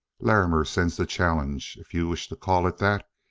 larrimer sends the challenge, if you wish to call it that.